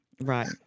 Right